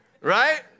right